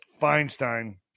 Feinstein